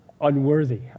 unworthy